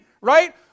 right